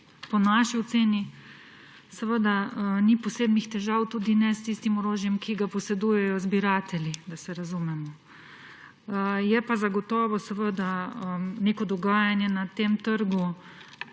po naši oceni ni posebnih težav, tudi ne s tistim orožjem, ki ga posedujejo zbiratelji, da se razumemo. Je pa zagotovo neko dogajanje na tem trgu